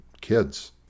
kids